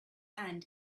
and